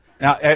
Now